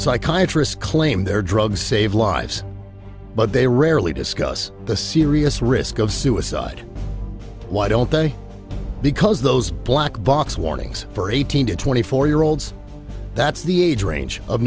psychiatry claim there are drugs save lives but they rarely discuss the serious risk of suicide why don't they because those black box warnings for eighteen to twenty four year olds that's the age range of